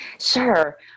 Sure